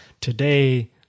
today